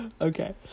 okay